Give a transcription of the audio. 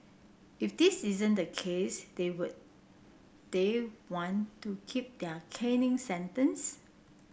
if this isn't the case they would they want to keep their caning sentence